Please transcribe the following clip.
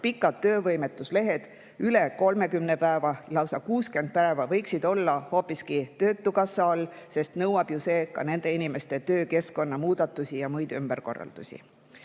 pikad töövõimetuslehed, üle 30 päeva, lausa 60 päeva, võiksid olla hoopiski Töötukassa all, sest nõuab ju see ka nende inimeste töökeskkonna muudatusi ja muid ümberkorraldusi. Inimeste